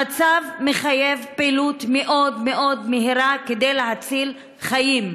המצב מחייב פעילות מאוד מהירה כדי להציל חיים.